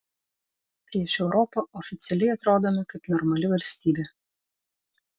prieš europą oficialiai atrodome kaip normali valstybė